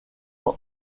ans